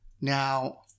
Now